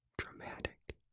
dramatic